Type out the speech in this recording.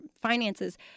finances